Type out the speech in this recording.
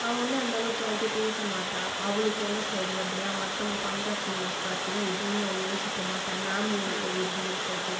அவள் வந்து அந்த அளவுக்கு யார்கிட்டேயும் பேச மாட்டாள் அவளுக்கு என்ன சரி அப்படிதான் மத்தவங்கள் பாய்ண்ட் ஆஃப் வ்யூ பார்த்தினா எதுவுமே அவள் யோசிக்க மாட்டாள் மேம்களுக்கு எப்படி இருக்கிறது